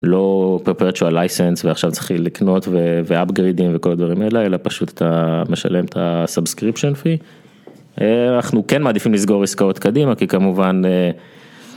לא פרפרצ'ואל לייסנס ועכשיו צריך לקנות ואפגריידים וכל הדברים האלה אלא פשוט אתה משלם את הסאבסקריפשיין פי. אנחנו כן מעדיפים לסגור עסקאות קדימה כי כמובן.